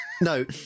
No